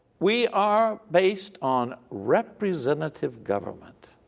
we are based on representative government.